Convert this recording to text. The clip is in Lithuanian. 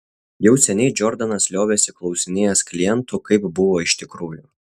jau seniai džordanas liovėsi klausinėjęs klientų kaip buvo iš tikrųjų